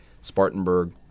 Spartanburg